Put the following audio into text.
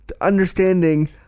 understanding